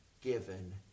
given